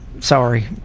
Sorry